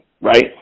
right